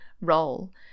role